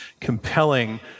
compelling